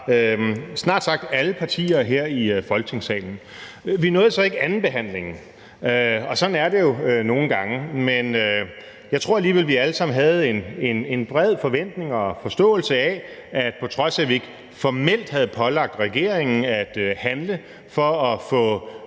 snart sagt alle partier her i Folketingssalen. Vi nåede så ikke andenbehandlingen, og sådan er det jo nogle gange. Men jeg tror alligevel, vi alle sammen havde en bred forventning om og forståelse af, at på trods af at vi ikke formelt havde pålagt regeringen at handle for at få